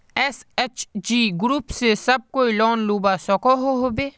SHG group से सब कोई लोन लुबा सकोहो होबे?